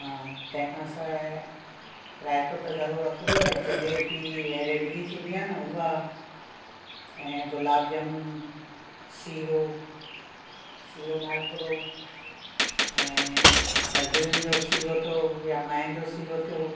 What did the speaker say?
हा तंहिं खां सिवाइ रायतो त ज़रूरु रखिजो ऐं जलेबी ऐं रेवड़ी थींदी आहे न उहा ऐं गुलाब जामुन सीरो सीरो माल पुड़ो ऐं गजरुनि जो सीरो थियो या मांहि जो सीरो थियो